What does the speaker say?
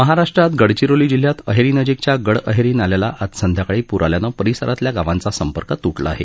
महाराष्ट्रात गडचिरोली जिल्ह्यात अहेरीनजीकच्या गडअहेरी नाल्याला आज संध्याकाळी पूर आल्यानं परिसरातील गावांचा संपर्क तुटला आहे